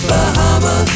Bahama